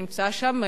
שנמצא שם,